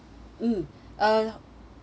mm uh